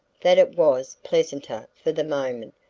that it was pleasanter, for the moment,